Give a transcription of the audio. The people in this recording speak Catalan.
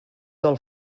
del